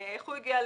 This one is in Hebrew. איך הוא הגיע לשם.